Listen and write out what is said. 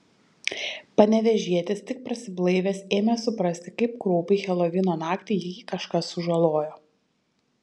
panevėžietis tik prasiblaivęs ėmė suprasti kaip kraupiai helovino naktį jį kažkas sužalojo